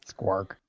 Squark